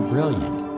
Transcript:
Brilliant